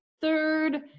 third